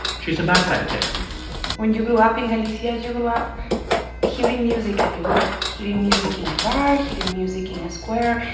she's a bagpipe player when you grew up in galicia, you grew up hearing music everywhere, hearing music in a bar, hearing music in a square,